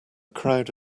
crowd